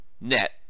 net